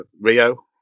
Rio